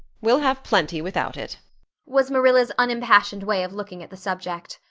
we'll have plenty without it was marilla's unimpassioned way of looking at the subject.